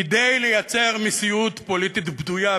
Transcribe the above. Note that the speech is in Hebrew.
כדי לייצר מציאות פוליטית בדויה,